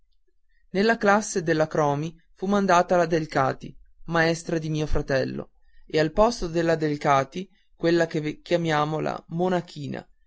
nella classe della cromi fu mandata la delcati maestra di mio fratello e al posto della delcati quella che chiamano la